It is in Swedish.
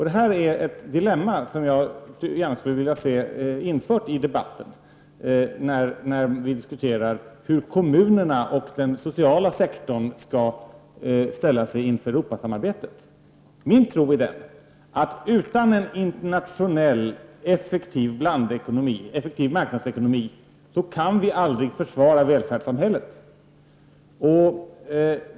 Det här är ett dilemma som jag skulle vilja se att man tog upp när vi diskuterar hur kommunerna och den sociala sektorn skall ställa sig till Europasamarbetet. Min tro är den att utan en effektiv internationell marknadsekonomi kan vi aldrig försvara välfärdssamhället.